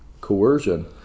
coercion